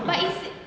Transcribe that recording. but is